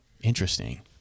interesting